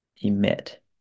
emit